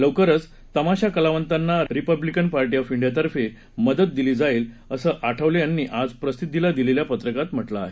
लवकरच तमाशा कलावंतांना रिपाईतर्फे मदत दिली जाईल असं आठवले यांनी आज प्रसिद्धीला दिलेल्या पत्रकात म्हटलं आहे